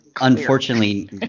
unfortunately